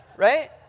Right